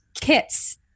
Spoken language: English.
kits